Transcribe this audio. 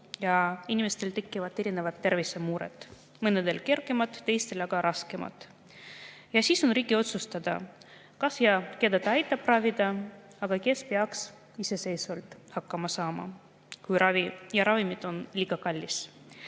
ja inimestel tekivad tervisemured, mõnel kergemad, teistel aga raskemad. Ja siis on riigi otsustada, kas ja keda ta aitab ravida, aga kes peaks iseseisvalt hakkama saama, kui ravi ja ravimid on liiga kallid. Moodne